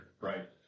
Right